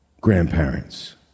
grandparents